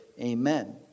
Amen